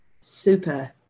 super